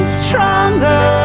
stronger